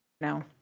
No